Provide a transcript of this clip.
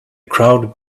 crowd